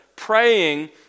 Praying